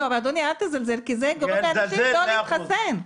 אדוני, אל תזלזל, כי זה גורם לאנשים לא להתחסן.